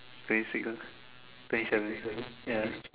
twenty six ah twenty seven this yeah yeah